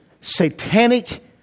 Satanic